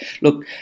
Look